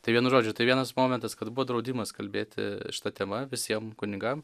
tai vienu žodžiu tai vienas momentas kad buvo draudimas kalbėti šita tema visiem kunigam